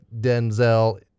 Denzel